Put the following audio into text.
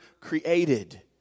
created